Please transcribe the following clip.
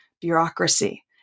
bureaucracy